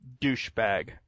douchebag